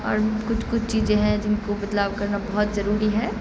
اور کچھ کچھ چیزیں ہیں جن کو بدلاؤ کرنا بہت ضروری ہے